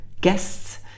guests